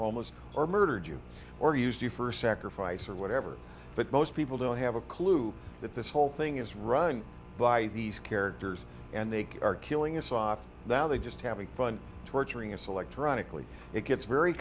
almost or murdered you or used you first sacrifice or whatever but most people don't have a clue that this whole thing is run by these characters and they are killing us off now they're just having fun torturing us electronically it gets very